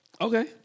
Okay